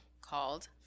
called